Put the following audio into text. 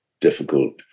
difficult